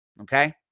okay